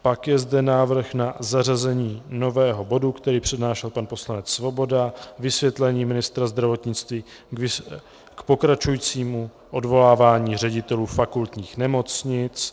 Pak je zde návrh na zařazení nového bodu, který přednášel pan poslanec Svoboda Vysvětlení ministra zdravotnictví k pokračujícímu odvolávání ředitelů fakultních nemocnic.